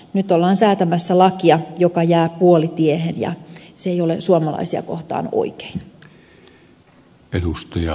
nyt ollaan säätämässä lakia joka jää puolitiehen ja se ei ole suomalaisia kohtaan oikein